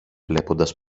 βλέποντας